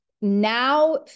now